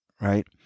right